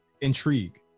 intrigue